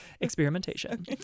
experimentation